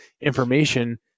information